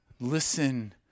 Listen